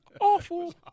awful